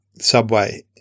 subway